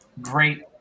great